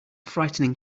frightening